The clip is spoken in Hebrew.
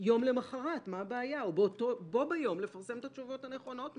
יום למחרת מה הבעיה או בו ביום לפרסם את התשובות הנכונות?